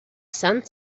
son